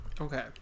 okay